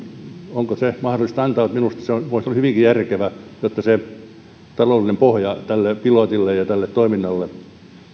onko tukea mahdollista antaa mutta minusta se voisi olla hyvinkin järkevää jotta se taloudellinen pohja tälle pilotille ja tälle toiminnalle